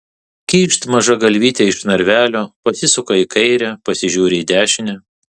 kyšt maža galvytė iš narvelio pasisuka į kairę pasižiūri į dešinę